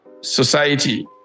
society